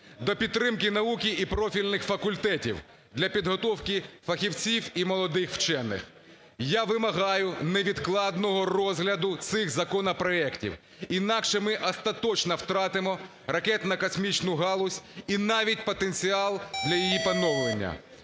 до підтримки науки і профільних факультетів до підготовки фахівців і молодих вчених. Я вимагаю невідкладного розгляду цих законопроектів, інакше ми остаточне втратимо ракетно-космічну галузь і навіть потенціал для її поновлення.